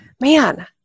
man